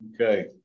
okay